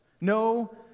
No